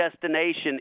destination